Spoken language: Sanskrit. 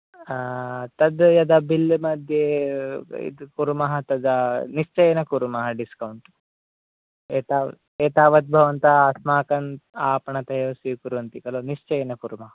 तत् यदा बिल् मध्ये कुर्मः तदा निश्चयेन कुर्मः डिस्कौण्ट् एताव एतावत् भवन्तः अस्माकं आपणतः स्वीकरोति खलु निश्चयेन कुर्मः